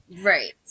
Right